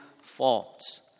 faults